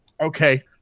okay